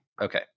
Okay